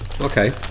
okay